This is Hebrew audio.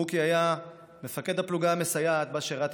מוקי היה מפקד הפלוגה המסייעת בה שירתי